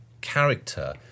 character